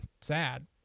sad